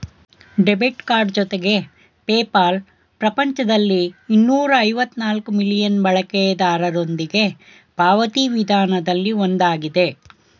debit card ಜೊತೆಗೆ PayPal ಪ್ರಪಂಚದಲ್ಲಿ ಇನ್ನೂರ ಐವತ್ತ ನಾಲ್ಕ್ ಮಿಲಿಯನ್ ಬಳಕೆದಾರರೊಂದಿಗೆ ಪಾವತಿ ವಿಧಾನದಲ್ಲಿ ಒಂದಾಗಿದೆ